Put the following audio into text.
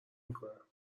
میکنم